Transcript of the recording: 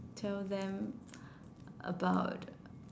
tell them about